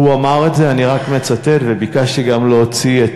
הוא אמר את זה, אני רק מצטט, וביקשתי גם להוציא את